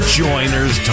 joiners